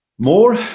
More